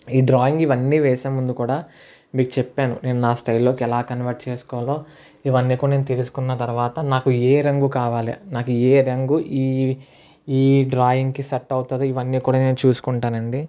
ఈ డ్రాయింగ్ ఇవన్నీ వేసేముందు కూడా మీకు చెప్పాను నేను నా స్టైల్ లోకి ఎలా కన్వర్ట్ చేసుకోవాలో ఇవన్నీ కూడా నేను తెలుసుకున్న తర్వాత నాకు ఏ రంగు కావాలి నాకు ఏ రంగు ఈ ఈ డ్రాయింగ్ కు సెట్ అవుతుందో ఇవన్నీ కూడా నేను చూసుకుంటాను అండి